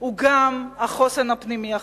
הוא גם החוסן הפנימי החברתי.